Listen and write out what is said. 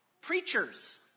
preachers